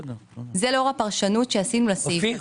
וזה לאור הפרשנות שעשינו לסעיף הזה.